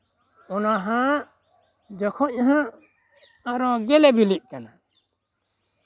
ᱚᱱᱟ ᱦᱟᱜ ᱡᱚᱠᱷᱚᱱ ᱦᱟᱜ ᱟᱨᱚ ᱜᱮᱞᱮ ᱵᱤᱞᱤᱜ ᱠᱟᱱᱟ